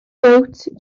gowt